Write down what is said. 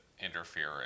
interfere